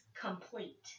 complete